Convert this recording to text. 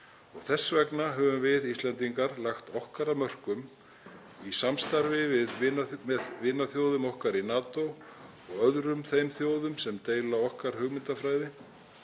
þess vegna höfum við Íslendingar lagt okkar af mörkum í samstarfi með vinaþjóðum okkar í NATO og öðrum þeim þjóðum sem deila okkar hugmyndafræði